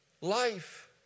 Life